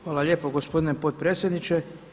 Hvala lijepo gospodine potpredsjedniče.